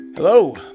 Hello